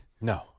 No